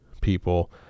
people